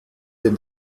dem